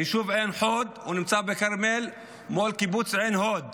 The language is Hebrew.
היישוב עין חוד נמצא בכרמל מול קיבוץ עין הוד,